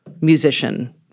musician